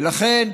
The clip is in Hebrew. ולכן,